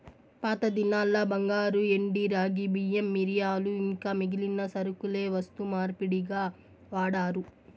పాతదినాల్ల బంగారు, ఎండి, రాగి, బియ్యం, మిరియాలు ఇంకా మిగిలిన సరకులే వస్తు మార్పిడిగా వాడారు